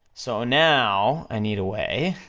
so now i need a way,